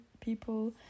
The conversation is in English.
people